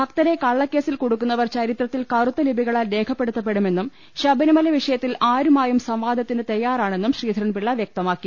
ഭക്തരെ കള്ളക്കേസിൽ കുടുക്കുന്നവർ ചരി ത്രത്തിൽ കറുത്ത ലിപികളാൽ രേഖപ്പെടുത്തപ്പെടുമെന്നും ശബ രിമല വിഷയത്തിൽ ആരുമായും സംവാദത്തിന് തയ്യാറാണെന്നും ശ്രീധരൻപിള്ള വൃക്തമാക്കി